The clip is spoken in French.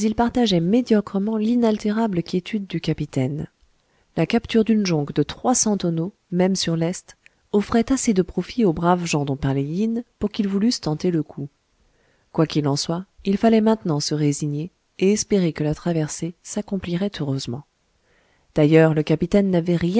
partageaient médiocrement l'inaltérable quiétude du capitaine la capture d'une jonque de trois cents tonneaux même sur lest offrait assez de profit aux braves gens dont parlait yin pour qu'ils voulussent tenter le coup quoi qu'il en soit il fallait maintenant se résigner et espérer que la traversée s'accomplirait heureusement d'ailleurs le capitaine n'avait